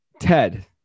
Ted